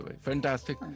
fantastic